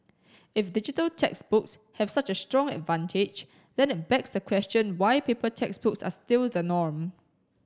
if digital textbooks have such a strong advantage then it begs the question why paper textbooks are still the norm